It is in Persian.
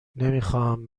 نمیخواهم